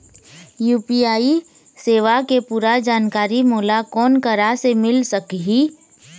UPI सेवा के पूरा जानकारी मोला कोन करा से मिल सकही?